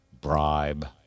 bribe